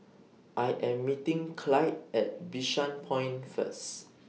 I Am meeting Clyde At Bishan Point First